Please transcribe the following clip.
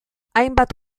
hainbat